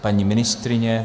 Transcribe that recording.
Paní ministryně?